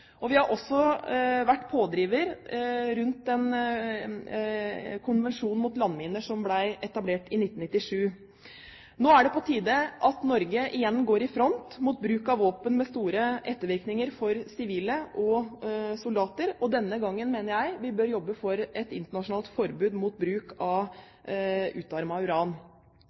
og vi har også vært pådrivere for den konvensjonen mot landminer som ble etablert i 1997. Nå er det på tide at Norge igjen går i front mot bruk av våpen med store ettervirkninger for sivile og soldater, og denne gang mener jeg vi bør jobbe for et internasjonalt forbud mot bruk av utarmet uran.